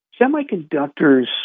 semiconductors